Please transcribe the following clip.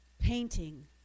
painting